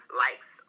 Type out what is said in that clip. likes